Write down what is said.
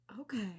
Okay